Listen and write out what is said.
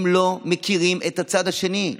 הם לא מכירים את הצד השני.